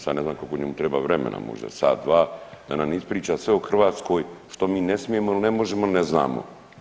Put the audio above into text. Sad ne znam koliko njemu treba vremena možda sat, dva da nam ispriča sve o Hrvatskoj što mi ne smijemo ili ne možemo ili ne znamo.